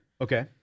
Okay